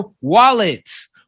wallets